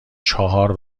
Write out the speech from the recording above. چعر